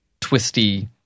twisty